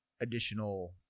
additional